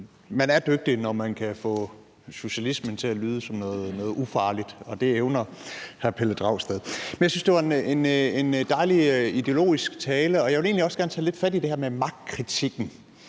man er dygtig, når man kan få socialismen til at lyde som noget ufarligt, og det evner hr. Pelle Dragsted. Men jeg synes, det var en dejligt ideologisk tale, og jeg vil egentlig også gerne tage lidt fat i det her med magtkritikken,